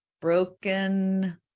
Broken